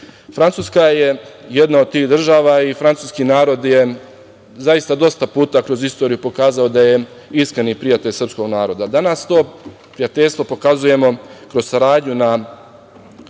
Francuska je jedna od tih država i francuski narod je dosta puta kroz istoriju pokazao da je iskreni prijatelj srpskog naroda. Danas to prijateljstvo pokazujemo kroz saradnju na